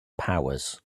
powers